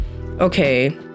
okay